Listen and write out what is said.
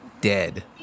Dead